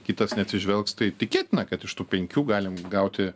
kitas neatsižvelgs tai tikėtina kad iš tų penkių galim gauti